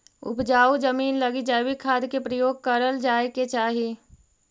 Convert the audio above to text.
उपजाऊ जमींन लगी जैविक खाद के प्रयोग करल जाए के चाही